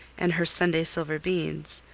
and her sunday silver beads,